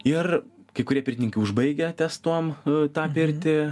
ir kai kurie pirtininkai užbaigia ties tuom tą pirtį